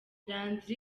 landry